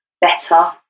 better